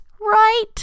right